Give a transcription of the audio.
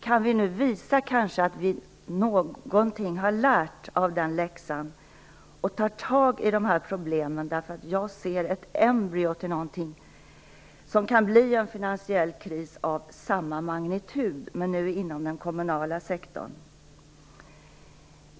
Kan vi nu kanske visa att vi någonting har lärt av den läxan så att vi tar tag i dessa problem? Jag ser ett embryo till någonting som kan bli en finansiell kris av samma magnitud som då men nu inom den kommunala sektorn.